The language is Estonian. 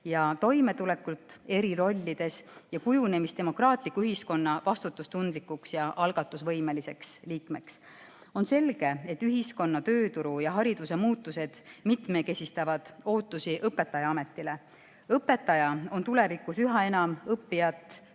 toimetulekut eri rollides, kujunemist demokraatliku ühiskonna vastutustundlikuks ja algatusvõimeliseks liikmeks. On selge, et ühiskonna, tööturu ja hariduse muutused mitmekesistavad ootusi õpetajaametile. Õpetaja on tulevikus üha enam õppija